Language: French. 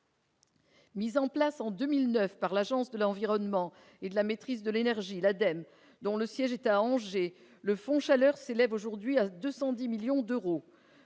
Mis en place en 2009 par l'Agence de l'environnement et de la maîtrise de l'énergie, l'ADEME, dont le siège est à Angers, le Fonds chaleur s'élève aujourd'hui à 210 millions d'euros.